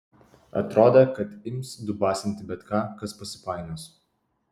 atrodė kad ims dubasinti bet ką kas pasipainios